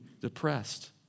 depressed